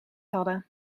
hadden